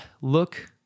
look